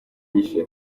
yishe